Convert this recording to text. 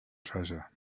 treasure